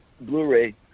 Blu-ray